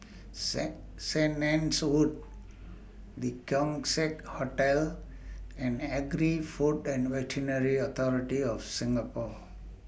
Saint Saint Anne's Wood The Keong Saik Hotel and Agri Food and Veterinary Authority of Singapore